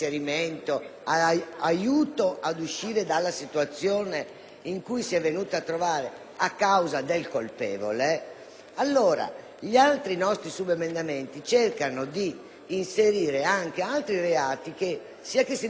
a causa del colpevole, gli altri nostri subemendamenti cercano di inserire altri reati i quali, sia che si riferiscano alle donne, sia che si riferiscano ai minori, hanno la stessa caratteristica